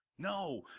No